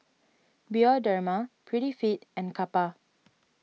Bioderma Prettyfit and Kappa